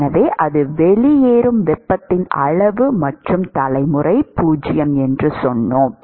எனவே அது வெளியேறும் வெப்பத்தின் அளவு மற்றும் தலைமுறை 0 என்று சொன்னோம்